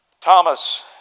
Thomas